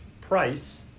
Price